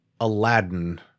Aladdin